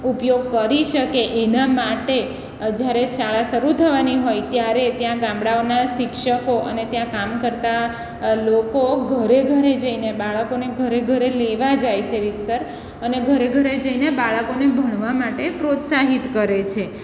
ઉપયોગ કરી શકે એના માટે જ્યારે શાળા શરૂ થવાની હોય ત્યારે ત્યાં ગામડાઓના શિક્ષકો અને ત્યાં કામ કરતા લોકો ઘરે ઘરે જઈને બાળકોને ઘરે ઘરે લેવા જાય છે રીતસર અને ઘરે ઘરે જઈને બાળકોને ભણવા માટે પ્રોત્સાહિત કરે છે